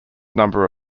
number